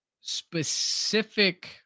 specific